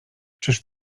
czyż